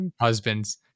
husbands